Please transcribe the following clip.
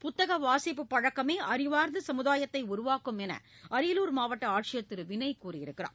புத்தக வாசிப்பு பழக்கமே அறிவார்ந்த சமுதாயத்தை உருவாக்கும் என அரியலூர் மாவட்ட ஆட்சியர் திரு வினய் தெரிவித்துள்ளார்